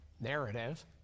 narrative